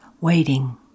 waiting